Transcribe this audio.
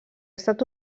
estat